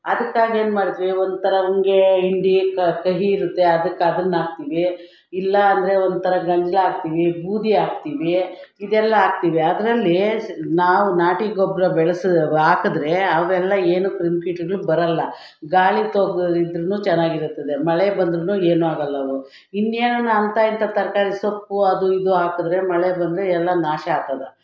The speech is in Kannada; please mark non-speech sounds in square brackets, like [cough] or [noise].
ಅದಕ್ಕಾಗಿ ಏನ್ಮಾಡ್ತೀವಿ ಒಂಥರ ಉಂಗೇ ಇಂಡಿ ಕಹಿ ಇರುತ್ತೆ ಅದಕ್ಕೆ ಅದನ್ನ ಹಾಕ್ತೀವಿ ಇಲ್ಲ ಅಂದರೆ ಇದೆಲ್ಲ ಹಾಕ್ತೀವಿ ಅದರಲ್ಲಿ [unintelligible] ನಾವು ನಾಟಿ ಗೊಬ್ಬರ ಬೆಳೆಸಿ ಅವು ಹಾಕಿದ್ರೆ ಅವೆಲ್ಲ ಏನು ಕ್ರಿಮಿ ಕೀಟಗ್ಳು ಬರಲ್ಲ ಗಾಳಿ [unintelligible] ಇದ್ದರೂ ಚೆನ್ನಾಗಿರುತ್ತದೆ ಮಳೆ ಬಂದರೂ ಏನು ಆಗಲ್ಲ ಅವು ಇನ್ನೇನಾನ ಅಂಥ ಇಂಥ ತರಕಾರಿ ಸೊಪ್ಪು ಅದು ಇದು ಹಾಕಿದ್ರೆ ಮಳೆ ಬಂದರೆ ಎಲ್ಲ ನಾಶ ಆಗ್ತದ